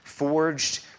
forged